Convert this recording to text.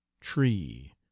tree